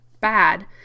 bad